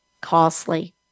costly